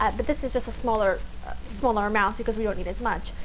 ah but this is just a smaller smaller amount, because we don't need as much.